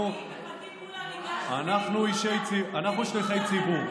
אנחנו שליחי ציבור.